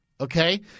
okay